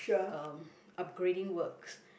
um upgrading works